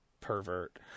pervert